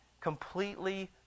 completely